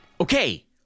okay